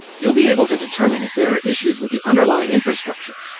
you'll be able to determine if there are issues with the underlying infrastructure,